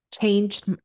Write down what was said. changed